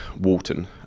Walton